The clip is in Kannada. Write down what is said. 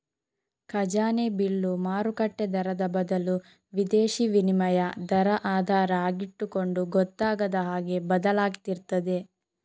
ಖಜಾನೆ ಬಿಲ್ಲು ಮಾರುಕಟ್ಟೆ ದರದ ಬದಲು ವಿದೇಶೀ ವಿನಿಮಯ ದರ ಆಧಾರ ಆಗಿಟ್ಟುಕೊಂಡು ಗೊತ್ತಾಗದ ಹಾಗೆ ಬದಲಾಗ್ತಿರ್ತದೆ